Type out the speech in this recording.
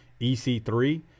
EC3